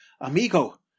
amigo